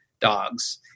dogs